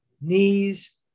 knees